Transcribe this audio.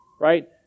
right